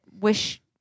wish